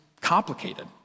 complicated